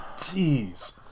Jeez